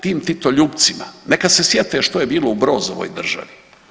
Tim titoljupcima, neka se sjete što je bilo u Brozovoj državi.